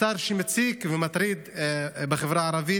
שר שמציק, מטריד את החברה הערבית.